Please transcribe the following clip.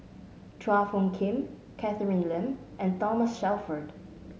Chua Phung Kim Catherine Lim and Thomas Shelford